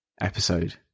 episode